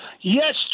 Yes